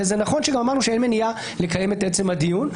וזה נכון שגם אמרנו שאין מניעה לקיים את עצם הדיון,